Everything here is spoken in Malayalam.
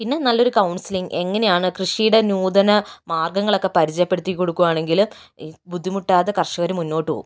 പിന്നെ നല്ലൊരു കൗൺസിലിംഗ് എങ്ങനെയാണ് കൃഷിയുടെ നൂതന മാർഗ്ഗങ്ങളൊക്കെ പരിചയപെടുത്തിക്കൊടുക്കുകയാണെങ്കിൽ ബുദ്ധിമുട്ടാതെ കർഷകര് മുന്നോട്ട് പോകും